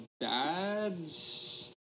dad's